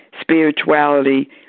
spirituality